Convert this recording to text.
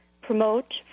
promote